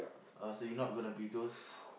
oh so you not going to be those